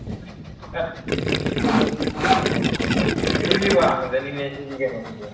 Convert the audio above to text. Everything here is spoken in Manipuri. ꯑꯦ ꯑꯗꯨꯗꯤ ꯄ꯭ꯔꯤꯊꯤꯕꯤ ꯄ꯭ꯔꯤꯊꯤꯕꯤ ꯋꯥꯡꯃꯗꯅꯤꯅꯦ ꯁꯤꯒꯤ ꯀꯩꯅꯣꯁꯤꯗꯤ